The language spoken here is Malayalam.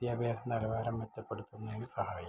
വിദ്യാഭ്യാസ നിലവാരം മെച്ചപ്പെടുത്തുന്നതിന് സഹായിക്കും